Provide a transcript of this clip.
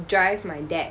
drive my dad